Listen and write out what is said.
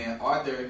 Arthur